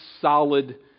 solid